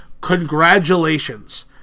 Congratulations